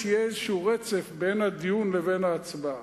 שיהיה איזשהו רצף בין הדיון לבין ההצבעה.